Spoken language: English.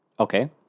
Okay